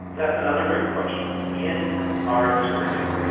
that's another great question. in our experience,